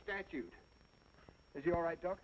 statute if you are i don't